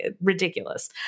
ridiculous